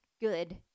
good